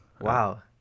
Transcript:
wow